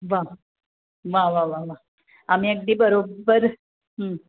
वा वा वा वा वा आम्ही अगदी बरोबर